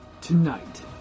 Tonight